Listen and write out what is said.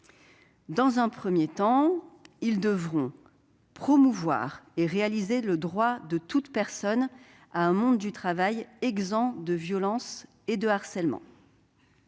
Dans un premier temps, ces États devront « promouvoir et réaliser le droit de toute personne à un monde du travail exempt de violence et de harcèlement